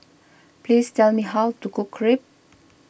please tell me how to cook Crepe